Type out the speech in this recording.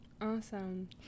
awesome